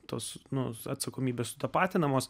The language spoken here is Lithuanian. tos nu s atsakomybės sutapatinamos